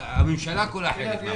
הממשלה כולה חלק מהבעיה.